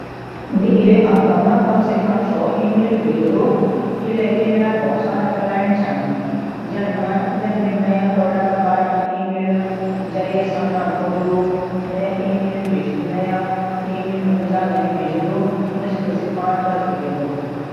मैं एक हफ्ता मं कम स कम सौ ईमेल भेजूं, क्यूंकि मेरे बहुत सारे क्लाइंट्स हैं, जिंनै मैंनै नये प्रोडक्ट्स के बारे मं ईमेल के जरिए समझाणा पड़ता है। निजी ईमेल मैं ज्यादा नहीं भेजूं, मुश्किल स पांच -दस ।